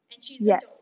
Yes